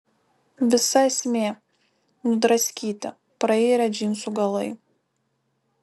visa esmė nudraskyti prairę džinsų galai